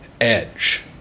edge